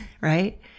right